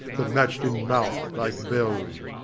but match'd in mouth like bells,